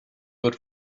good